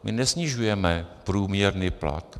My nesnižujeme průměrný plat.